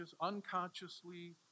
unconsciously